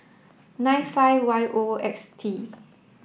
nine five Y O X T